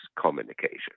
communication